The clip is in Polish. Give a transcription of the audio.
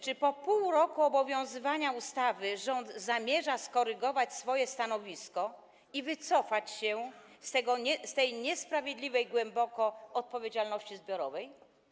Czy po pół roku obowiązywania ustawy rząd zamierza skorygować swoje stanowisko i wycofać się z tej głęboko niesprawiedliwej odpowiedzialności zbiorowej?